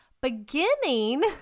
beginning